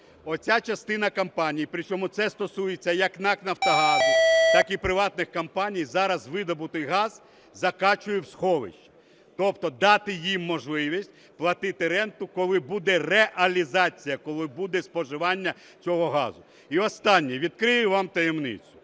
Оця частина компаній, при чому це стосується як НАК "Нафтогаз", так і приватних компаній зараз видобутий газ закачує в сховище. Тобто дати їм можливість платити ренту, коли буде реалізація, коли буде споживання цього газу. І останнє. Відкрию вам таємницю.